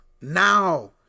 Now